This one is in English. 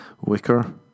Wicker